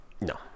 No